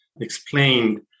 explained